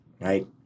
right